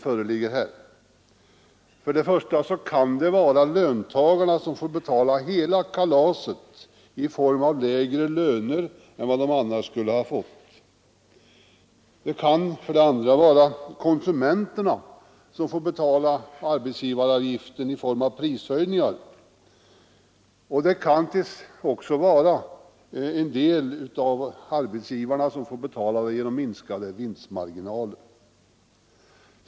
För det första kan det vara löntagarna som får betala hela kalaset i form av lägre löner än de annars skulle ha haft. För det andra kan det vara konsumenterna som får betala arbetsgivaravgifterna i form av prishöjningar. För det tredje kan det vara så att en del av arbetsgivarna får betala dessa avgifter genom minskade vinstmarginaler.